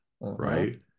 right